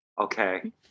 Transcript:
Okay